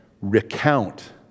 recount